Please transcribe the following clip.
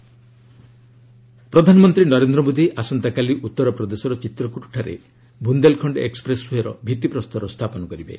PM Chitrakoot ପ୍ରଧାନମନ୍ତ୍ରୀ ନରେନ୍ଦ୍ର ମୋଦୀ ଆସନ୍ତାକାଲି ଉଉପ୍ରଦେଶର ଚିତ୍ରକୁଟଠାରେ ବୁନ୍ଦେଲଖଣ୍ଡ ଏକ୍ଟପ୍ରେସ୍ ଓ୍ବେ ର ଭିତ୍ତି ପ୍ରସ୍ତର ସ୍ଥାପନ କରିବେ